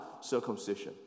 circumcision